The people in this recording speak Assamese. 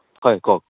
হয় কওক